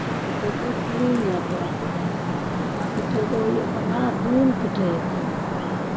ᱯᱤᱴᱷᱟᱹ ᱠᱚ ᱛᱩᱧᱼᱟ ᱠᱚᱲᱟ ᱦᱚᱯᱚᱱ ᱱᱚᱣᱟ ᱯᱤᱴᱷᱟᱹ ᱫᱚ ᱦᱩᱭᱩᱜ ᱠᱟᱱᱟ ᱫᱩᱞ ᱯᱤᱴᱷᱟᱹᱭᱟᱠᱚ ᱱᱚᱣᱟ ᱫᱚ